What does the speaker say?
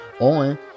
on